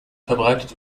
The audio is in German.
verbreitet